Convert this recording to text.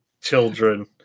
Children